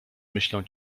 myślą